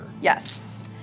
Yes